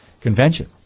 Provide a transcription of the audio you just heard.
Convention